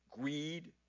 greed